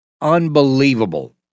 unbelievable